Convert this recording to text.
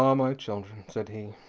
um my children, said he,